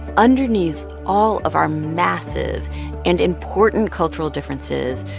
underneath all of our massive and important cultural differences,